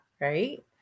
right